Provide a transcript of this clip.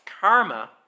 karma